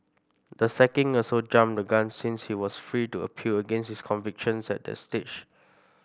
the sacking also jumped the gun since he was free to appeal against his convictions at that stage